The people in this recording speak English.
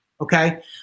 Okay